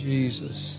Jesus